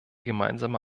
gemeinsame